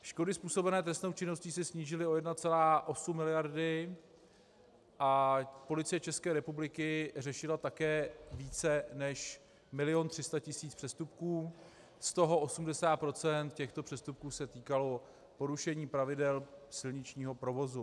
Škody způsobené trestnou činností se snížily o 1,8 mld. Policie České republiky řešila také více než 1 milion 300 tisíc přestupků, z toho 80 % těchto přestupků se týkalo porušení pravidel silničního provozu.